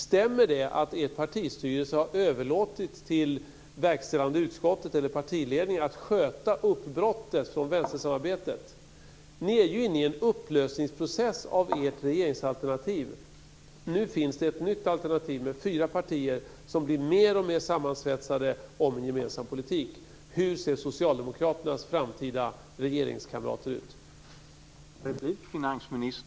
Stämmer det att er partistyrelse har överlåtit till verkställande utskottet eller partiledningen att sköta uppbrottet från vänstersamarbetet? Ni är ju inne i en upplösningsprocess av ert regeringsalternativ. Nu finns det ett nytt alternativ med fyra partier som blir mer och mer sammansvetsade om en gemensam politik. Hur ser socialdemokraternas framtida regeringskamrater ut?